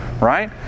Right